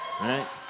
right